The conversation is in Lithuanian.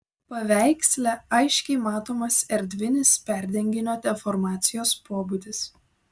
paveiksle aiškiai matomas erdvinis perdenginio deformacijos pobūdis